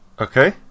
Okay